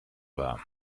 war